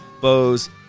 bows